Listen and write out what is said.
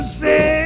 say